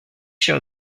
show